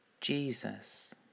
Jesus